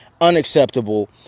unacceptable